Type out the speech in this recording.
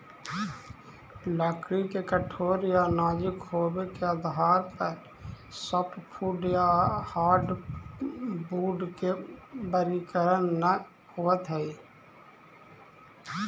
लकड़ी के कठोर या नाजुक होबे के आधार पर सॉफ्टवुड या हार्डवुड के वर्गीकरण न होवऽ हई